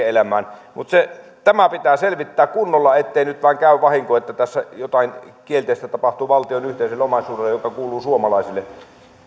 elämään mutta tämä pitää selvittää kunnolla ettei nyt vain käy vahinko että tässä jotain kielteistä tapahtuu valtion yhteiselle omaisuudelle joka kuuluu suomalaisille